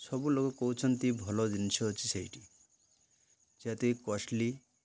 ସବୁ ଲୋକ କହୁଛନ୍ତି ଭଲ ଜିନିଷ ଅଛି ସେଇଠି ଯେତିକି କଷ୍ଟ୍ଲି